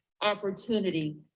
opportunity